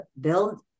build